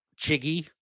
Chiggy